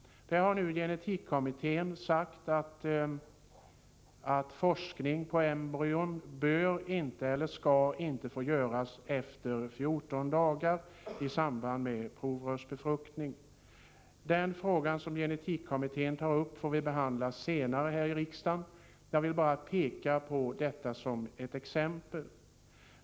Gen-etikkommittén har sagt att i samband med provrörsbefruktning skall forskning på embryon inte få göras efter 14 dagar. Den frågan får vi behandla senare här i riksdagen. Jag vill bara peka på detta som ett exempel.